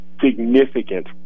significant